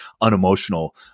unemotional